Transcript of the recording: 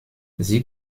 sie